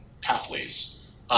pathways